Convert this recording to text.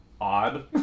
odd